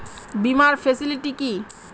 বীমার ফেসিলিটি কি?